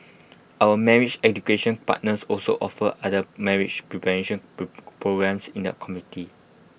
our marriage education partners also offer other marriage preparation pro programmes in that community